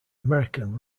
american